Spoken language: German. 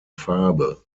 farbe